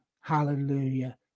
Hallelujah